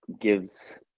gives